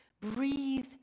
Breathe